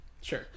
Sure